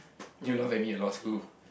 you laugh at me at law school